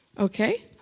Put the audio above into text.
Okay